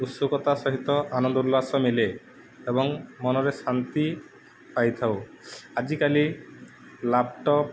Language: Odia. ଉତ୍ସୁକତା ସହିତ ଆନନ୍ଦ ଉଲ୍ଲାସ ମଳେ ଏବଂ ମନରେ ଶାନ୍ତି ପାଇଥାଉ ଆଜିକାଲି ଲାପଟପ୍